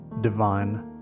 divine